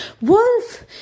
Wolf